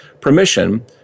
permission